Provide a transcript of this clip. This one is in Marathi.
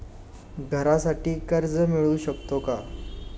घरासाठी कर्ज मिळू शकते का?